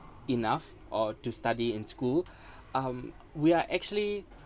enough or to study in school um we are actually